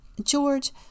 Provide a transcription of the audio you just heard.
George